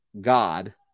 God